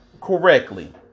correctly